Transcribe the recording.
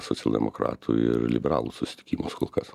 socialdemokratų ir liberalų susitikimus kol kas